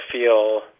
feel